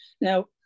Now